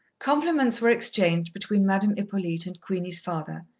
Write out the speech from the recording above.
compliments were exchanged between madame hippolyte and queenie's father,